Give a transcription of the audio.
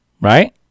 right